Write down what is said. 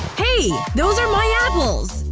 hey! those are my apples!